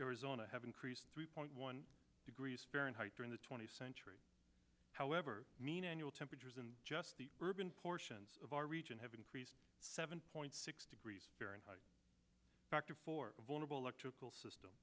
arizona have increased three point one degrees fahrenheit during the twentieth century however mean annual temperatures in just the urban portions of our region have increased seven point six degrees fahrenheit factor for vulnerable electrical system